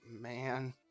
man